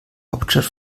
hauptstadt